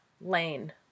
Lane